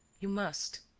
you must,